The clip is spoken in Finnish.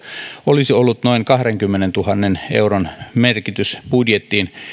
olisi ollut noin kahdenkymmenentuhannen euron merkitys budjettiin